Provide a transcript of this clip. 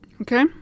Okay